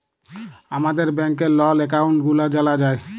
আমাদের ব্যাংকের লল একাউল্ট গুলা জালা যায়